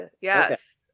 yes